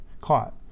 caught